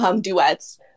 duets